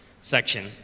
section